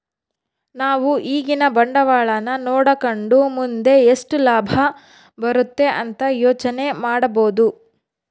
ನಾವು ಈಗಿನ ಬಂಡವಾಳನ ನೋಡಕಂಡು ಮುಂದೆ ಎಷ್ಟು ಲಾಭ ಬರುತೆ ಅಂತ ಯೋಚನೆ ಮಾಡಬೋದು